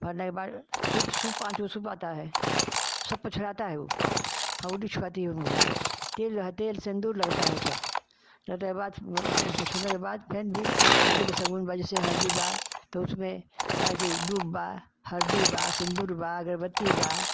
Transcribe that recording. भरने के बाद सूप सूप पाँच गो सूप आता है सब प चढ़ाता है ऊ छुआती है तेल रह तेल सेंदूर लगता है सब लोटे बाथ उ प छुने के बाद फेन भी हरदी के सगून बा जैसे हरदी बा तो उसमें कि दूप बा हरदी बा सिंदूर बा अगरबत्ती बा